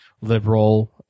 liberal